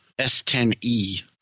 S10e